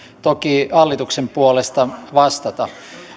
toki hallituksen puolesta vastata